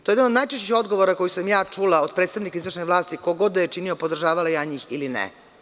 To je jedan od najčešćih odgovora koje sam ja čula od predsednika izvršne vlasti ko god da je činio podržavala ja njih ili ne.